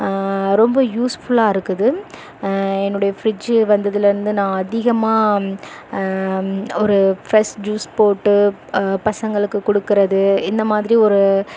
ரொம்ப யூஸ் ஃபுல்லாக இருக்குது என்னுடைய ஃப்ரிட்ஜ் வந்ததில் இருந்து நான் அதிகமாக ஒரு ஃப்ரெஷ் ஜூஸ் போட்டு பசங்களுக்கு கொடுக்குறது இந்த மாதிரி ஒரு